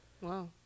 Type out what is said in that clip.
wow